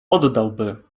oddałby